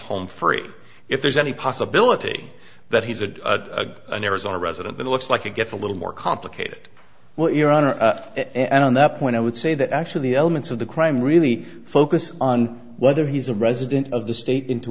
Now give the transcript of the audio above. humphrey if there's any possibility that he's a an arizona resident it looks like it gets a little more complicated what your honor and on that point i would say that actually the elements of the crime really focus on whether he's a resident of the state into